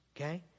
Okay